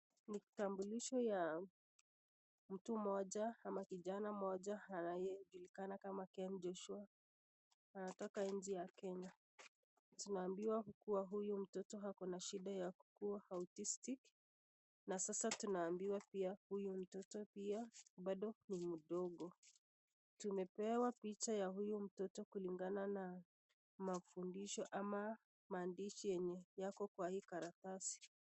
Ni kitambulisho ya mtu mmoja au kijana mmoja anayejulikana kama Ken Joshua. Anatoka nchi ya Kenya. Tunaambiwa kua huyu mtoto ako na shida ya kua Autistic . Na sasa tunaambiwa pia huyu mtoto pia bado ni mdogo. Tumepewa picha ya huyu mtoto kulingana na mafundisho ama maandishi yenye yako kwa hii karatasi.